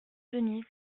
denise